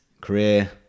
career